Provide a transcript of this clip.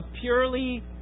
purely